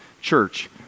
church